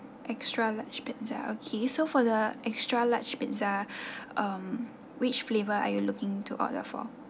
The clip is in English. extra large pizza okay so for the extra large pizza um which flavor are you looking to order for